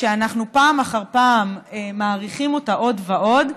שאנחנו פעם אחר פעם מאריכים אותה עוד ועוד.